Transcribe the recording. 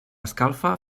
escalfa